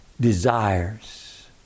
desires